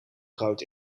groot